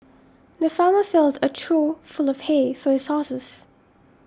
the farmer filled a trough full of hay for his horses